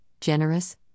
generous